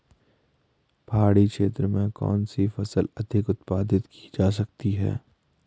पहाड़ी क्षेत्र में कौन सी फसल अधिक उत्पादित की जा सकती है?